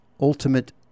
ultimate